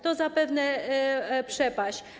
To zapewne przepaść.